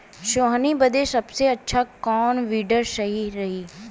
सोहनी बदे सबसे अच्छा कौन वीडर सही रही?